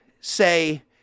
say